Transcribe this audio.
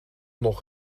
nog